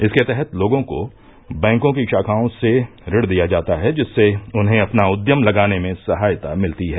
इसके तहत लोगों को बैंकों की शाखाओं से ऋण दिया जाता है जिससे उन्हें अपना उद्यम लगाने में सहायता मिलती है